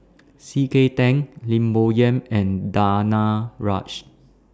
C K Tang Lim Bo Yam and Danaraj